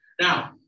Now